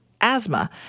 asthma